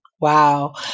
Wow